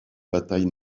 batailles